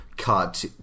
cut